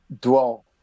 dwell